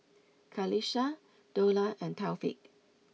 Qalisha Dollah and Taufik